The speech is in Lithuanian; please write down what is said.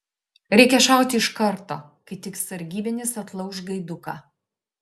reikia šauti iš karto kai tik sargybinis atlauš gaiduką